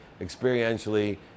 experientially